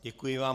Děkuji vám.